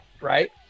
right